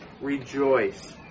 rejoice